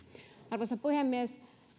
arvoisa puhemies